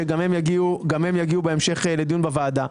שגם הם יגיעו בהמשך לדיון בוועדה.